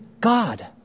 God